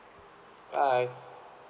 bye